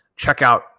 checkout